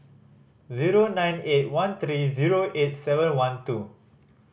zero nine eight one three zero eight seven one two